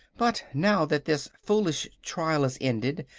but now that this foolish trial is ended,